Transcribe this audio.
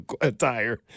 attire